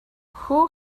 who